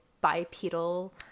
bipedal